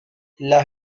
las